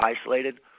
isolated